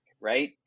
right